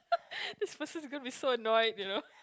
this person is gonna be so annoyed you know